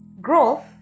Growth